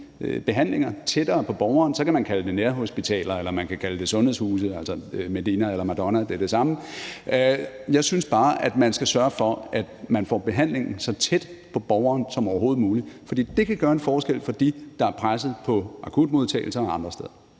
behandlinger tættere på borgeren. Så kan man kalde det nærhospitaler, eller man kan kalde det sundhedshuse, Medina eller Madonna, det er det samme. Jeg synes bare, at man skal sørge for, at man får behandlingen så tæt på borgeren som overhovedet muligt, for det kan gøre en forskel for dem, der er pressede i akutmodtagelsen og andre steder.